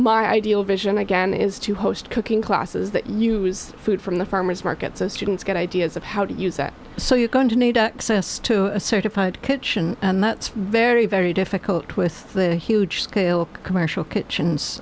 my ideal vision again is to host cooking classes that use food from the farmer's market so students get ideas of how to use that so you're going to need access to a certified kitchen and that's very very difficult with the huge scale of commercial kitchens